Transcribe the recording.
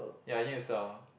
ya you need to sell